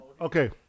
Okay